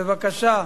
בבקשה,